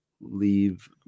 leave